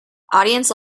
audience